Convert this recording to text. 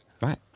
Right